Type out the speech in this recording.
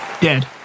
Dead